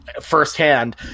firsthand